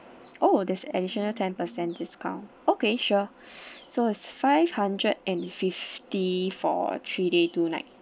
oh there's an additional ten percent discount okay sure so it's five hundred and fifty for three day two night